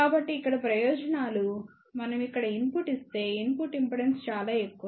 కాబట్టి ఇక్కడ ప్రయోజనాలు మనం ఇక్కడ ఇన్పుట్ ఇస్తే ఇన్పుట్ ఇంపిడెన్స్ చాలా ఎక్కువ